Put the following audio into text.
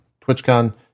TwitchCon